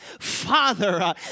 father